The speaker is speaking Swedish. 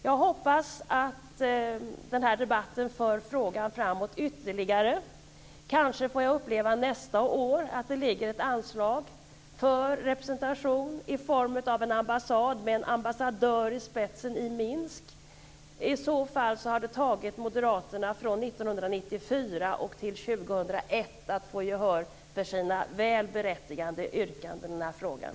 Jag hoppas att den här debatten för frågan framåt ytterligare. Kanske får jag nästa år uppleva att det ligger ett anslag för representation i form av en ambassad med en ambassadör i spetsen i Minsk. I så fall har det tagit moderaterna från 1994 till 2001 att få gehör för sina väl berättigade yrkanden i den här frågan.